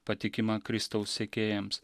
patikima kristaus sekėjams